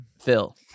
Phil